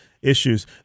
Issues